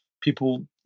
people